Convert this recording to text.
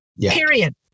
Period